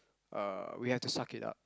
uh we have to suck it up